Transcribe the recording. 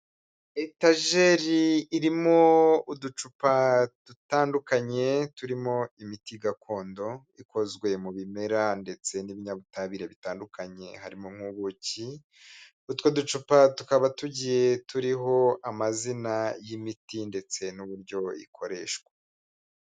Etajeri irimo uducupa dutandukanye, turimo imiti gakondo ikozwe mu bimera ndetse n'ibinyabutabire bitandukanye, harimo nk'ubuki; utwo ducupa tukaba tugiye turiho amazina y'imiti ndetse n'uburyo ikoreshwa.